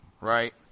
right